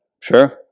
Sure